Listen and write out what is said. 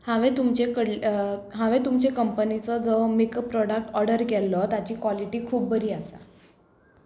हांवें तुमचे कडल् हांवें तुमचे कंपनीचो जो मेकप प्रॉडक्ट ऑडर केल्लो ताची कॉलिटी खूब बरी आसा